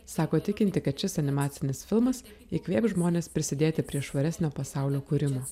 sako tikinti kad šis animacinis filmas įkvėps žmones prisidėti prie švaresnio pasaulio kūrimo